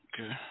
Okay